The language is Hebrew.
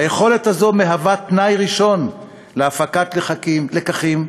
היכולת הזאת היא תנאי ראשון להפקת לקחים,